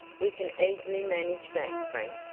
we can easily manage that, frank,